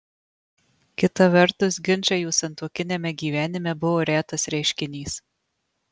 kita vertus ginčai jų santuokiniame gyvenime buvo retas reiškinys